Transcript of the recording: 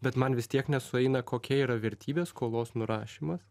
bet man vis tiek nesueina kokia yra vertybė skolos nurašymas